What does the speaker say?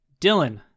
Dylan